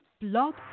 Blog